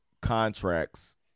contracts